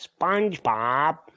SpongeBob